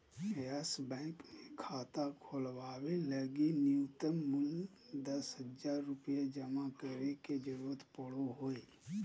yes Bank मे खाता खोलवावे लगी नुय्तम मूल्य दस हज़ार रुपया जमा करे के जरूरत पड़ो हय